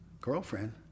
girlfriend